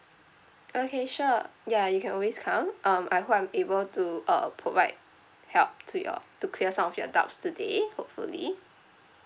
okay sure ya you can always come um I hope I'm able to uh provide help to your to clear some of your doubts today hopefully